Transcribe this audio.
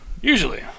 Usually